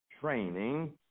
training